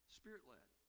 spirit-led